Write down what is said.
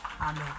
Amen